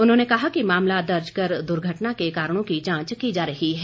उन्होंने कहा कि मामला दर्ज कर दुर्घटना के कारणों की जांच की जा रही है